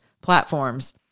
Platforms